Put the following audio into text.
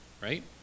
right